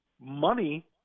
money